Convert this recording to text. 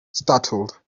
startled